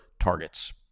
targets